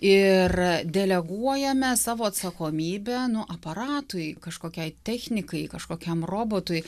ir deleguojame savo atsakomybę nu aparatui kažkokiai technikai kažkokiam robotui